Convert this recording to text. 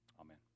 Amen